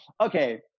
okay